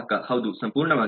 ಗ್ರಾಹಕ ಹೌದು ಸಂಪೂರ್ಣವಾಗಿ